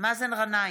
מאזן גנאים,